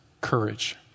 courage